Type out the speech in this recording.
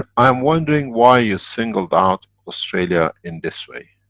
i'm wondering why you singled out australia in this way.